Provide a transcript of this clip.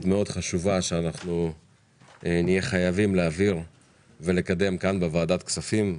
מאוד חשובה שנהיה חייבים להעביר ולקדם בוועדת כספים.